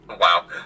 Wow